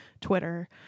twitter